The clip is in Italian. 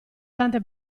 tante